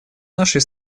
нашей